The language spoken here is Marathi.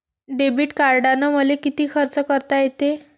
डेबिट कार्डानं मले किती खर्च करता येते?